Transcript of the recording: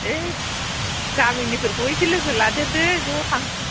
ओइ गामिनिफोरखौबो एसे लोगो लादेरदो ज' थांसै